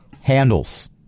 Handles